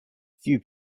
few